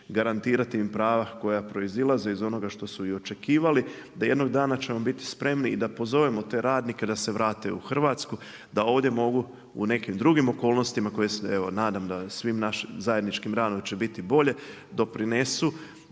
garantirati im prava koja proizilaze iz onoga što su i očekivali da jednog dana ćemo biti spremni i da pozovemo te radnike da se vrate u Hrvatsku da ovdje mogu u nekim drugim okolnostima koje se evo nadam da svim našim zajedničkim radom će biti bolje doprinesu